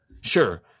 Sure